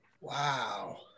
Wow